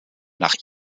nach